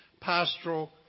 pastoral